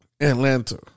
Atlanta